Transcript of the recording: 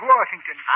Washington